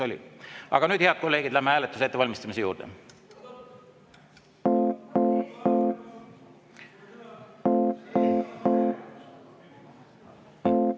on. Aga nüüd, head kolleegid, läheme hääletuse ettevalmistamise juurde.